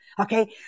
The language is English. Okay